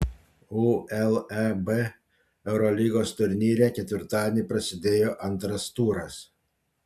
uleb eurolygos turnyre ketvirtadienį prasidėjo antras turas